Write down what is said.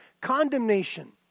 condemnation